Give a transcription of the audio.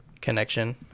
connection